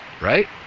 right